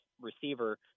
receiver